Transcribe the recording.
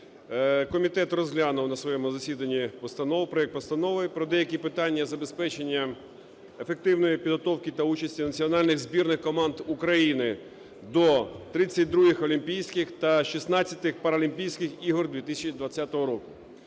комітет розглянув на своєму засіданні постанову, проект Постанови про деякі питання забезпечення ефективної підготовки та участі національних збірних команд України до ХХХІІ Олімпійських та ХVІ Паралімпійських ігор 2020 року.